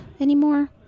anymore